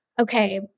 okay